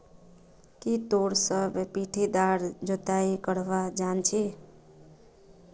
की तोरा सब पट्टीदार जोताई करवा जानछी